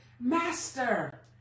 Master